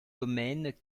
domaines